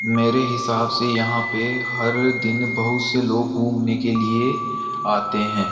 मेरे हिसाब से यहाँ पर हर दिन बहुत से लोग घूमने के लिए आते हैं